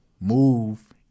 move